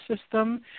system